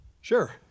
Sure